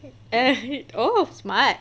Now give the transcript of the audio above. eh oh smart